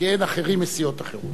כי אין אחרים מסיעות אחרות.